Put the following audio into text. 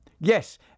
Yes